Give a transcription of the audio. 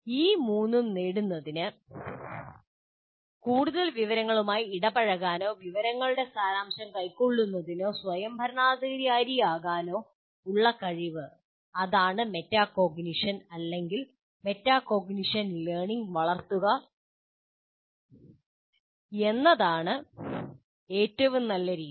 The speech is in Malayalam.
ഈ മൂന്നും നേടുന്നതിന് കൂടുതൽ വിവരങ്ങളുമായി ഇടപഴകാനോ വിവരങ്ങളുടെ സാരാംശം കൈക്കൊള്ളുന്നതിനോ സ്വയംഭരണാധികാരിയാകാനോ ഉള്ള കഴിവ് അതാണ് മെറ്റാകോഗ്നിഷൻ മെറ്റാകോഗ്നിഷൻ ലേർണിംഗ് വളർത്തുക എന്നതാണ് ഏറ്റവും നല്ല രീതി